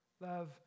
Love